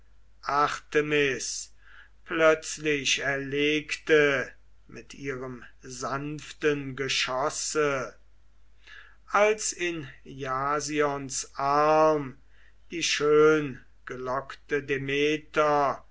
artemis plötzlich erlegte mit ihrem sanften geschosse als in jasions arm die schöngelockte demeter